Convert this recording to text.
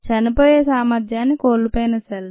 చనిపోయే సామర్థ్యాన్ని కోల్పోయిన సెల్స్